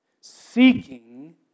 seeking